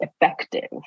effective